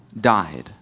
died